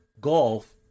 golf